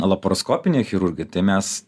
laparoskopinė chirurgija tai mes